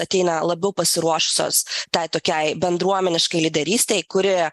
ateina labiau pasiruošusios tai tokiai bendruomeniškai lyderystei kuri